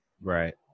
right